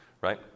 Right